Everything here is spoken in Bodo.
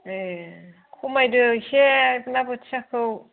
ए खमायदो एसे ना बोथियाखौ